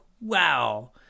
Wow